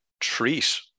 treat